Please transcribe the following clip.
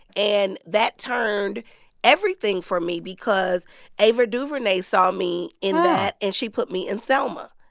and that turned everything for me because ava duvernay saw me in that and she put me in selma.